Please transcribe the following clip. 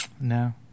no